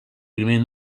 primer